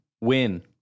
win